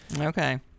Okay